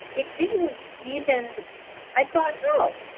it didn't even i thought, oh,